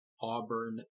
Auburn